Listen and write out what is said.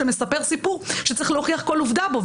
שמספר סיפור וצריך להוכיח כל עובדה בו,